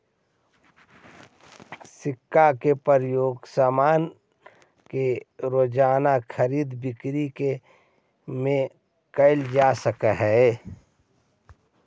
सिक्का के प्रयोग सामान के रोज़ाना खरीद बिक्री में कैल जा हई